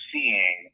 seeing